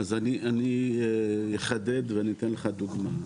אז אני אחדד ואני אתן לך דוגמא.